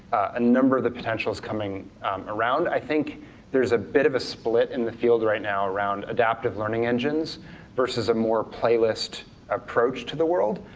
a number of the potentials coming around. i think there's a bit of a split in the field right now around adaptive learning engines versus a more playlist approach to the world.